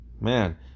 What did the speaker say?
man